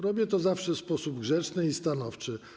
Robię to zawsze w sposób grzeczny i stanowczy.